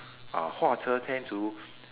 uh 画蛇添足